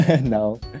No